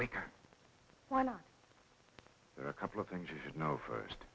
are a couple of things you should know first